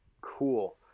Cool